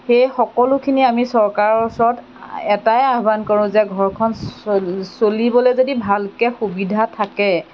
সেই সকলোখিনি আমি চৰকাৰৰ ওচৰত এটাই আহ্বান কৰোঁ যে ঘৰখন চলিবলৈ যদি ভালকৈ সুবিধা থাকে